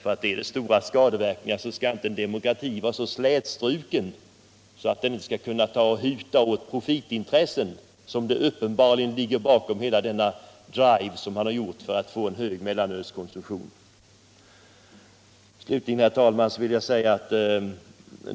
Om det är stora skadeverkningar förbundna med bruket av alkohol, så skall en demokrati inte vara så slätstruken att man inte kan huta åt profitintressena, som uppenbarligen ligger bakom denna drive för att få en hög mellanölskonsumtion.